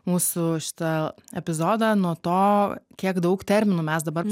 mūsų šitą epizodą nuo to kiek daug terminų mes dabar